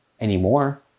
anymore